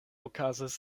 okazis